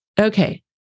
okay